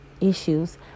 issues